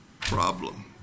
problem